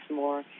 more